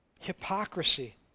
Hypocrisy